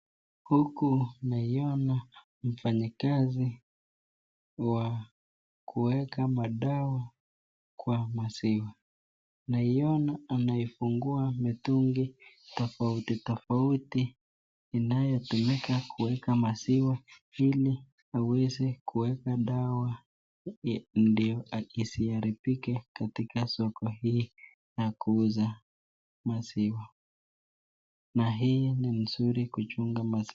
Huku naiona mfanyakazi wa kuweka madawa kwa maziwa. Naiona anafungua mitungi tofauti tofauti inayotumika kuweka maziwa ili aweze kuweka dawa ndiyo asiharibike katika soko hii na kuuza maziwa. Na hii ni nzuri kuchunga maziwa.